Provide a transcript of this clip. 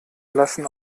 lassen